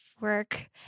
work